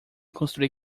construir